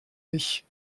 mich